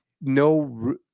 no